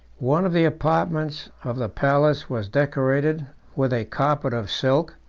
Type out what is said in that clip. one of the apartments of the palace was decorated with a carpet of silk,